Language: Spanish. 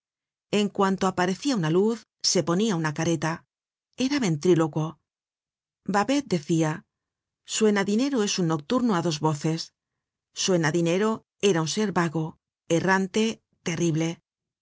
en cuanto aparecia una luz se ponia una careta era ventrílocuo babet decia suena dinero es un noc turno á dos voces suena dinero era un ser vago errante terrible